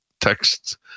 texts